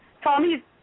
Tommy